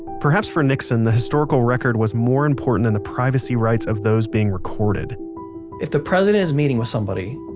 perhaps for nixon the historical record was more important than and the privacy rights of those being recorded if the president is meeting with somebody,